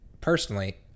personally